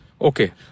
Okay